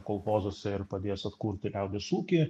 kolchozuose ir padės atkurti liaudies ūkį